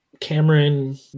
Cameron